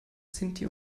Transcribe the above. sinti